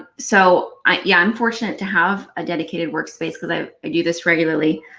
ah so i'm yeah i'm fortunate to have a dedicated work space because i i do this regularly.